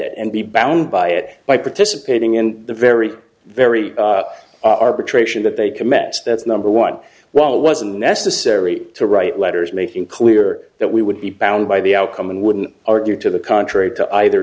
and be bound by it by participating in the very very arbitration that they can met that's number one while it wasn't necessary to write letters making clear that we would be bound by the outcome and wouldn't argue to the contrary to either